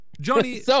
Johnny